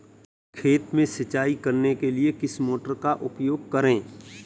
खेत में सिंचाई करने के लिए किस मोटर का उपयोग करें?